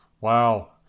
wow